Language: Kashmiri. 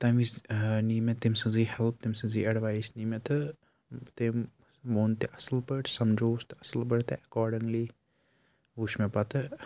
تَمہِ وِزِ نی مےٚ تیٚٔۍ سٕنٛزٕے ہٮ۪لٕپ تٔمۍ سٕنٛزٕے اٮ۪ڈوایس نی مےٚ تہٕ تٔمۍ ووٚن تہِ اَصٕل پٲٹھۍ سَمجھووُس تہِ اَصٕل پٲٹھۍ تہٕ اٮ۪کاڈِنٛگلی وُچھ مےٚ پَتہٕ